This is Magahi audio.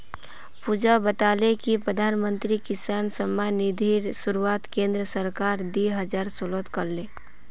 पुजा बताले कि प्रधानमंत्री किसान सम्मान निधिर शुरुआत केंद्र सरकार दी हजार सोलत कर ले